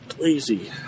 lazy